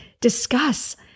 discuss